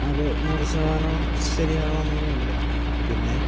അത് നൂറു ശതമാനവും ശരിയാകണമെന്നൊന്നും ഇല്ല പിന്നെ